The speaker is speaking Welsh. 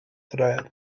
dref